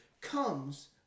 comes